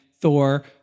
Thor